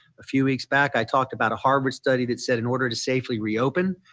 a few weeks back i talk about a harvard study that said in order to safely reopen.